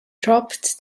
dropped